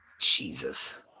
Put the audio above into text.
jesus